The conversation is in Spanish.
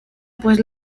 pues